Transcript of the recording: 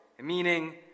meaning